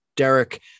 Derek